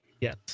Yes